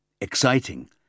exciting